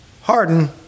Harden